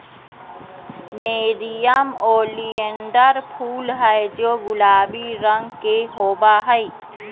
nerium oleander फूल हैं जो गुलाबी रंग के होबा हई